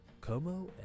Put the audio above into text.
como